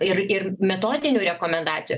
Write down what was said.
ir ir metodinių rekomendacijų